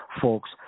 Folks